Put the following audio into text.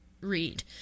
read